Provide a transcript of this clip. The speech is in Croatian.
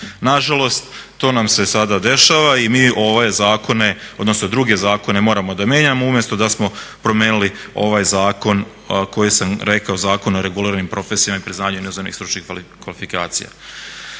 Na žalost, to nam se sada dešava i mi ove zakone, odnosno druge zakone moramo da menjamo umesto da smo promenili ovaj zakon koji sam rekao, Zakon o reguliranim profesijama i priznanju inozemnih stručnih kvalifikacija.